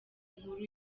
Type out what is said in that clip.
nkuru